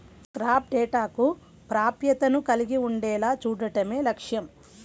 crop డేటాకు ప్రాప్యతను కలిగి ఉండేలా చూడడమే లక్ష్యం